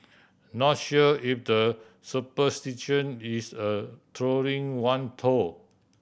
not sure if the superstition is a trolling one though